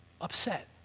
upset